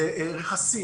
לרכסים,